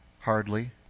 Hardly